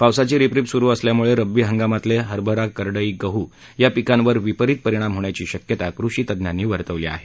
पावसाची रिपंरिप सुरू असल्यामुळे रब्बी हंगामातील हरभरा करडई गह् या पिकांवर विपरीत परिणाम होण्याची शक्यता कृषी तज्ज्ञांनी वर्तवली आहे